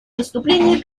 выступления